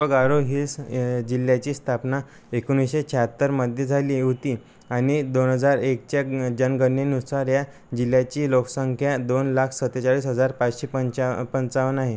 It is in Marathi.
गारो हिल्स जिल्ह्याची स्थापना एकोणीसशे शाहत्तरमध्ये झाली होती आणि दोन हजार एकच्या जनगणनेनुसार या जिल्ह्याची लोकसंख्या दोन लाख सतेचाळीस हजार पाचशे पंच्या पंचावन्न आहे